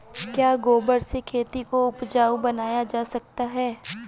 क्या गोबर से खेती को उपजाउ बनाया जा सकता है?